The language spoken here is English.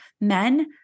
Men